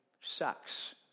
sucks